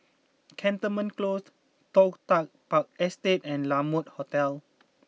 Cantonment Close Toh Tuck Park Estate and La Mode Hotel